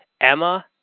Emma